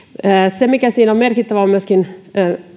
se mikä siinä on merkittävää on myöskin